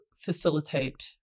facilitate